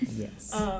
Yes